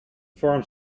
forum